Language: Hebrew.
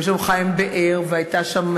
היו שם חיים באר, והייתה שם